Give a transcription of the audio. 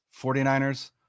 49ers